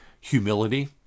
humility